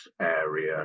area